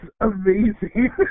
amazing